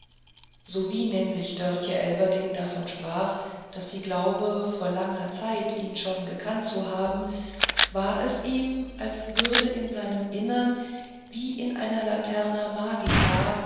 sowie nämlich dörtje elverdink davon sprach daß sie glaube vor langer zeit ihn schon gekannt zu haben war es ihm als würde in seinem innern wie in einer laterna magica